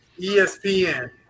ESPN